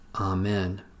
Amen